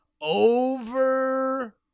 over